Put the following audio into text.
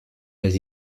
les